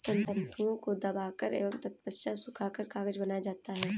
तन्तुओं को दबाकर एवं तत्पश्चात सुखाकर कागज बनाया जाता है